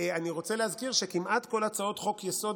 אני רוצה להזכיר שכמעט כל הצעות חוק-יסוד: